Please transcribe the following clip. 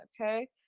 okay